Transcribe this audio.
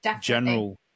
general